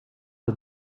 het